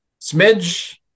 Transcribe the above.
smidge